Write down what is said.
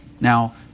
now